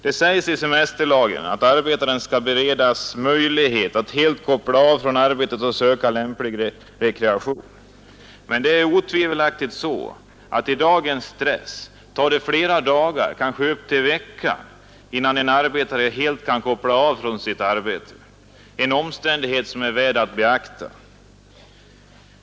Det sägs i semesterlagen att arbetaren skall beredas möjlighet att helt koppla av från arbetet och söka lämplig rekreation. Men det är otvivelaktigt så att det med den stress som nu råder tar flera dagar, kanske upp till en vecka, innan en arbetare helt kan koppla av från sitt arbete, en omständighet som är värd att beakta.